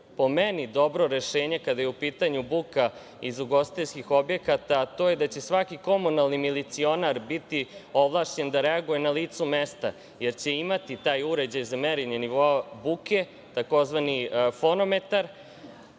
po meni dobro rešenje kada je u pitanju buka iz ugostiteljskih objekata, a to je da će svaki komunalni milicionar biti ovlašćen da reaguje na licu mesta, jer će imati taj uređaj za merenje nivoa buke, tzv. fonometar